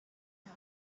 her